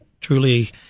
truly